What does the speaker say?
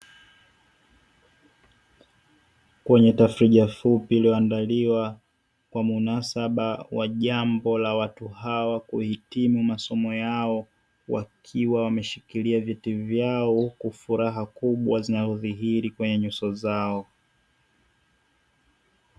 Kwenye tafrija fupi iliyoandaliwa kwa munasaba wa jambo la watu hawa kuhitimu masomo yao, wakiwa wameshikilia vyeti vyao huku furaha kubwa zinazodhihiri kwenye nyuso zao.